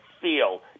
feel